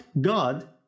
God